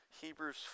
Hebrews